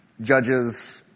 judges